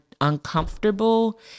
uncomfortable